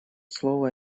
слово